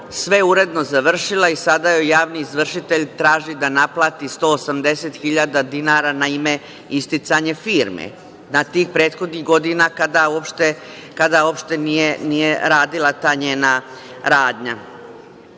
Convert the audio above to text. sve uredno završila i sada joj javni izvršitelj traži da naplati 180.000 dinara na ime isticanja firme na tih prethodnih godina kada uopšte nije radila ta njena